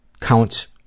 counts